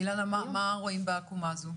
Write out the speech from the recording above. מה רואים בעקומה שלפנינו?